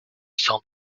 cent